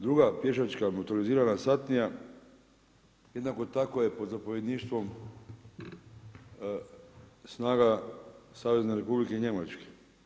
Druga pješačka motorizirana satnija jednako tako je pod zapovjedništvom snaga Savezne Republike Njemačke.